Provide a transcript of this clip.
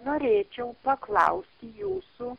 norėčiau paklausti jūsų